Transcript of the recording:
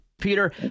Peter